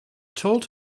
told